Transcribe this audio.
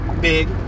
big